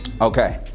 okay